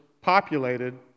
populated